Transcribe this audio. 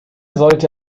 sollte